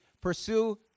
pursue